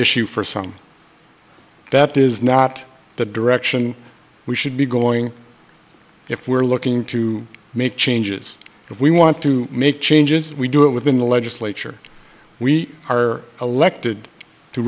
issue for some that is not the direction we should be going if we're looking to make changes if we want to make changes we do it within the legislature we are elected to